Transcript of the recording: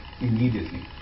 immediately